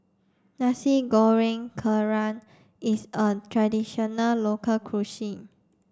Nasi Goreng Kerang is a traditional local cuisine